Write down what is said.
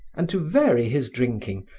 and to vary his drinking,